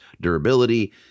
Durability